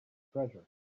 treasure